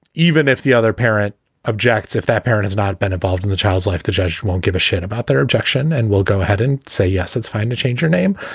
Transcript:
even if the other parent objects, if that parent has not been involved in the child's life, the judge won't give a shit about their objection. and we'll go ahead and say, yes, it's fine to change your name.